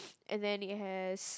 and then it has